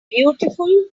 beautiful